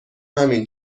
همین